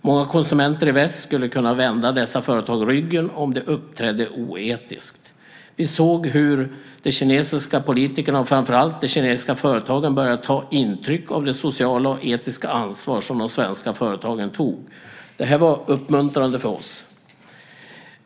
Många konsumenter i väst skulle kunna vända dessa företag ryggen om de uppträdde oetiskt. Vi såg hur de kinesiska politikerna och framför allt de kinesiska företagen började ta intryck av det sociala och etiska ansvar som de svenska företagen tog. Det var mycket uppmuntrande för oss.